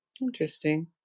Interesting